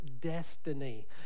destiny